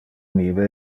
nive